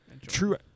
True